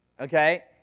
Okay